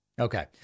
Okay